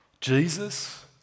Jesus